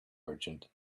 merchant